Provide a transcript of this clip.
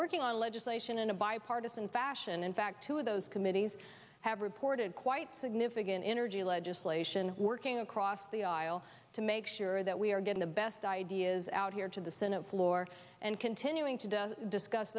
working on legislation in a bipartisan fashion in fact two of those committees have reported quite significant energy legislation working across the aisle to make sure that we are getting the best ideas out here to the senate floor and continuing to discuss